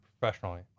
professionally